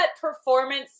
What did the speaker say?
performance